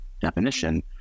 definition